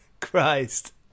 Christ